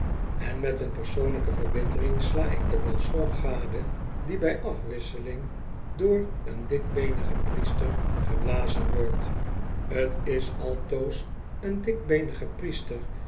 en met een persoonlijke verbittering sla ik de basson gade die bij afwisseling door een dikbeenigen priester geblazen wordt t is altoos een dikbeenige